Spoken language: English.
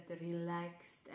relaxed